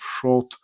short